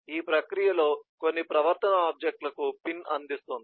ఈ ప్రక్రియలో కొన్ని పరివర్తన ఆబ్జెక్ట్ లకు పిన్ అందిస్తుంది